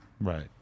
Right